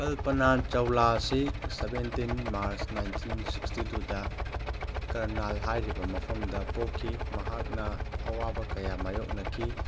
ꯀꯜꯄꯥꯅꯥ ꯆꯥꯎꯂꯥꯁꯤ seventeen March nineteen sixty ꯇꯨꯗ ꯀꯔꯅꯥꯜ ꯍꯥꯏꯔꯤꯕ ꯃꯐꯝꯗ ꯄꯣꯛꯈꯤ ꯃꯍꯥꯛꯅ ꯑꯋꯥꯕ ꯀꯌꯥ ꯃꯥꯌꯣꯛꯅꯈꯤ